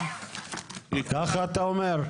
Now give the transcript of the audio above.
כך אתה אומר?